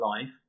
life